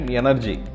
energy